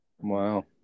Wow